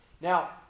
Now